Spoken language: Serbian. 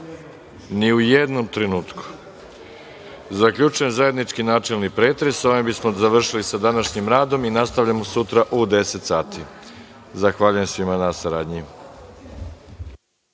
ni u jednom trenutku. Zaključujem zajednički načelni pretres. Ovim bismo završili sa današnjim radom. Nastavljamo sutra u 10.00 časova. Zahvaljujem svima na saradnji.